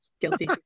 guilty